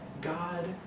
God